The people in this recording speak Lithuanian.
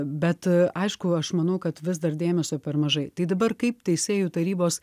bet aišku aš manau kad vis dar dėmesio per mažai tai dabar kaip teisėjų tarybos